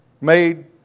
made